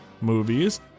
movies